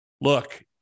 Look